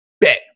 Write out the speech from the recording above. bet